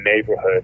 neighborhood